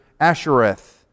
Ashereth